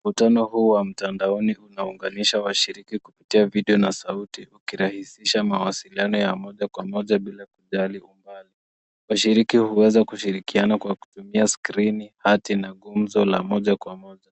Mkutano huu wa mtandaoni unaunganisha washiriki kupitia video na sauti, ukirahisisha mawasiliano ya moja kwa moja bila kujali umbali. Washiriki uweza kushirikiana kwa kutumia skrini, hati na gumzo la moja kwa moja.